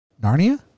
Narnia